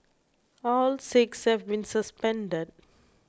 all six have been suspended